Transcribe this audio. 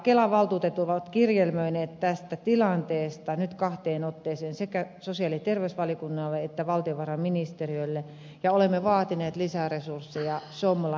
kelan valtuutetut ovat kirjelmöineet tästä tilanteesta nyt kahteen otteeseen sekä sosiaali ja terveysvaliokunnalle että valtiovarainministeriölle ja olemme vaatineet lisää resursseja somlan toimintaan